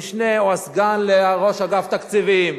המשנה או סגן ראש אגף התקציבים.